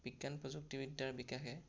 বিজ্ঞান প্ৰযুক্তিবিদ্যাৰ বিকাশে